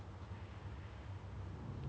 then 为什么每次晚上我看到你 hor